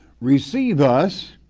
receive us,